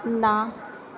ਨਾ